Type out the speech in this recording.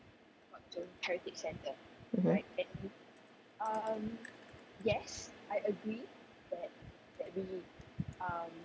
mmhmm